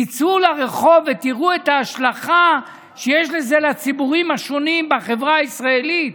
תצאו לרחוב ותראו את ההשלכה שיש לזה על הציבורים השונים בחברה הישראלית.